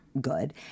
good